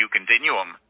Continuum